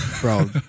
bro